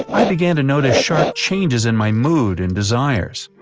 i began to notice sharp changes in my mood and desires.